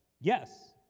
yes